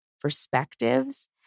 perspectives